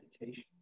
Meditation